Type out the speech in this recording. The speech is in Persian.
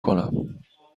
کنم